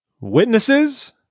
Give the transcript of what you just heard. witnesses